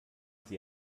sie